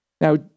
Now